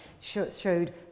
showed